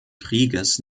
krieges